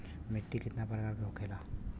मिट्टी कितना प्रकार के होखेला?